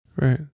Right